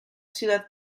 ciudad